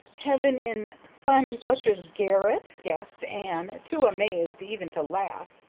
heaven in. simon fletcher's garret! gasped anne, too amazed even to laugh.